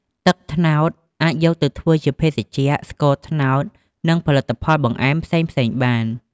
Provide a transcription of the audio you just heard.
ទឹកត្នោតអាចយកទៅធ្វើជាភេសជ្ជៈ ស្ករត្នោត និងផលិតផលបង្អែមផ្សេងៗបាន។